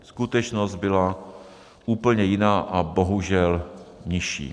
Skutečnost byla úplně jiná a bohužel nižší.